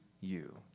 you